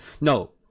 no